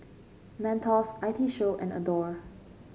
Mentos I T Show and Adore